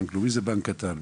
בנק לאומי זה בנק קטן,